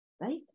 Right